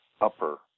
upper